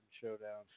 Showdown